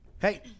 Hey